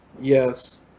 yes